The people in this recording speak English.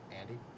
Andy